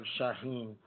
Shaheen